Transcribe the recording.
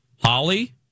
holly